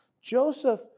Joseph